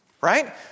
Right